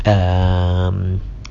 um